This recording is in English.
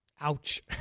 Ouch